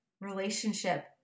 relationship